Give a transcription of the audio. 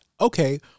okay